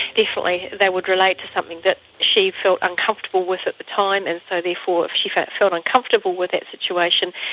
definitely, they would relate to something that she felt uncomfortable with at the time and so therefore if she felt felt uncomfortable with that situation,